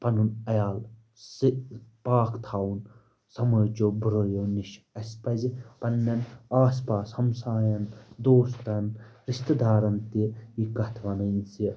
پَنُن عیال سُھ پاک تھاوُن سمٲجیو بُرٲیو نِش اسہِ پزِ پنٛنٮ۪ن آس پاس ہمسایَن دوستَن رِشتہٕ دارَن تہِ یہِ کَتھ وَنٕنۍ زِ